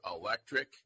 electric